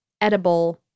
edible